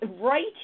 right